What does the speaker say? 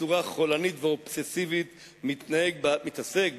בצורה חולנית ואובססיבית מתעסק,